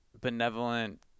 benevolent